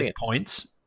points